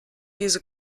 diese